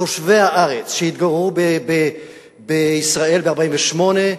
תושבי הארץ שהתגוררו בישראל ב-1948,